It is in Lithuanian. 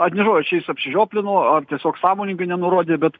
aš nežinau ar čia jis apsižioplino ar tiesiog sąmoningai nenurodė bet